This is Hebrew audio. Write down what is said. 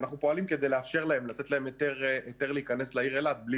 ואנחנו פועלים כדי לתת להם היתר להיכנס לעיר אילת בלי